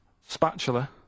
spatula